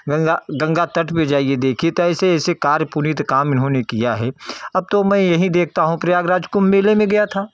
गंगा गंगा तट पे जाइए देखिए ऐसे ऐसे कार्य पुनित काम इन्होंने किया है अब तो मैं यही देखता हूँ प्रयागराज कुम्भ मेले में गया था